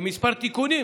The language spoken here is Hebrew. עם כמה תיקונים.